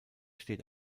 steht